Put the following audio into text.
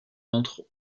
entrent